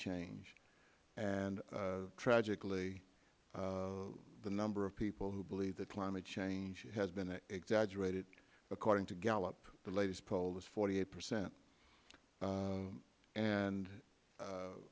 change and tragically the number of people who believe that climate change has been exaggerated according to gallup the latest poll is forty eight percent and